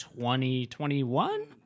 2021